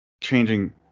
changing